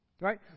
Right